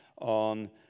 on